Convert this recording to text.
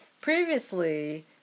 Previously